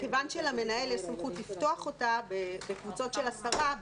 מכיוון שלמנהל יש סמכות לפתוח את הפעילות בקבוצות של עשרה,